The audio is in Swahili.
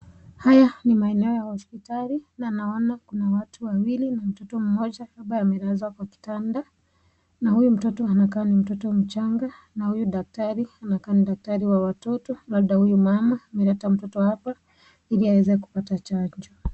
Haya ni maeneo ya hospitali na ninaona kuna watu wawili na mtoto mmoja ambaye amelazwa kwa kitanda na huyu mtoto anakaa ni mtoto mchanga na huyu daktari anakaa ni daktari wa watot, labda huyu mama ameleta mtoto wake ili aweze kupata chanjo.